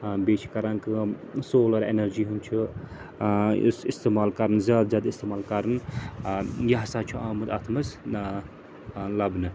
ٲں بیٚیہِ چھِ کَران کٲم سولَر ایٚنَرجی ہُنٛد چھُ ٲں یُس اِستعمال کَرُن زیادٕ زیادٕ اِستعمال کَرُن ٲں یہِ ہَسا چھُ آمُت اَتھ منٛز ٲں ٲں لَبنہٕ